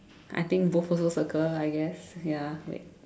I think both also circle I guess ya wait